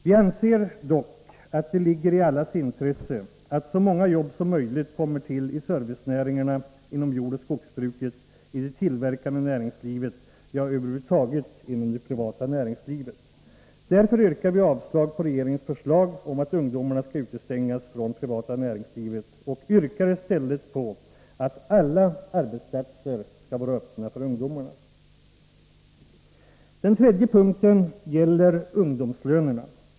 Vi anser dock att det ligger i allas intresse att så många jobb som möjligt kommer till i servicenäringarna, inom jordoch skogsbruket, i det tillverkande näringslivet — ja, över huvud taget inom det privata näringslivet. Därför yrkar vi avslag på regeringens förslag om att ungdomarna skall utestängas ifrån det privata näringslivet och begär i stället att alla arbetsplatser skall vara öppna för ungdomarna. Den tredje punkten gäller ungdomslönerna.